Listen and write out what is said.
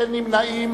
אין נמנעים.